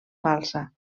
falsa